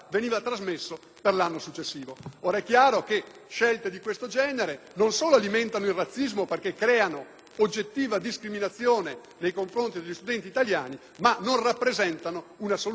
successivo. Scelte di questo genere non solo alimentano il razzismo perché creano oggettiva discriminazione nei confronti degli studenti italiani, ma non rappresentano neanche una soluzione al